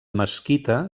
mesquita